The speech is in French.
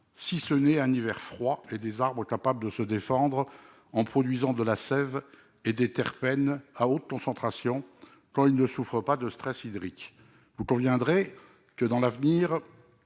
si ce n'est un hiver froid et des arbres capables de se défendre en produisant de la sève et des terpènes à haute concentration, s'ils ne souffrent pas de stress hydrique. Vous en conviendrez, à l'avenir,